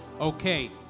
Okay